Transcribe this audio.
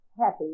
happy